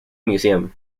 museum